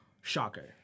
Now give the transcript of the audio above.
Shocker